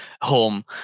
home